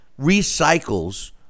recycles